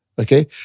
Okay